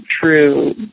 true